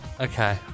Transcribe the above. okay